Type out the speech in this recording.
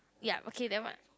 ya okay then what